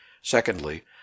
Secondly